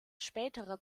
späterer